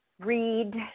Read